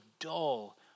dull